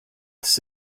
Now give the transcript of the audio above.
tas